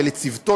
ולצוותו,